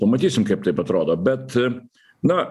pamatysim kaip taip atrodo bet na